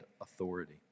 authority